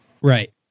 Right